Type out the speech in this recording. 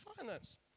finance